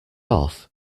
off